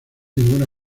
ninguna